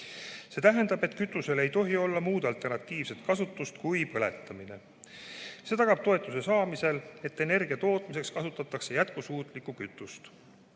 See tähendab, et kütusel ei tohi olla muud, alternatiivset kasutust, ainult põletamine. See tagab toetuse saamisel, et energia tootmiseks kasutatakse jätkusuutlikku kütust.